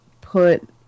put